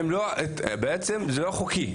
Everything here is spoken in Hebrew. בעצם זה לא חוקי.